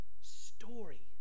story